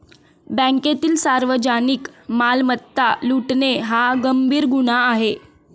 बँकेतील सार्वजनिक मालमत्ता लुटणे हा गंभीर गुन्हा आहे